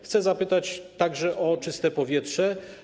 Chcę zapytać także o czyste powietrze.